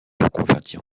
reconvertit